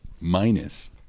minus